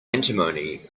antimony